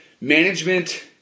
management